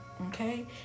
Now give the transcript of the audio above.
Okay